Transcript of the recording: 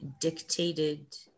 dictated